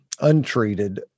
untreated